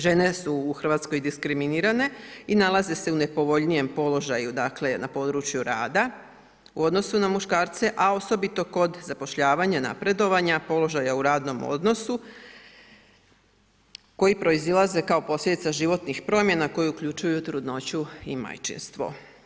Žene su u RH diskriminirane i nalaze se u nepovoljnijem položaju na području rada u odnosu na muškarce, a osobito kod zapošljavanja, napredovanja, položaja u radnom odnosu koji proizilaze kao posljedica životnih promjena koje uključuju trudnoću i majčinstvo.